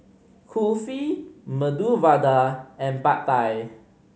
Kulfi Medu Vada and Pad Thai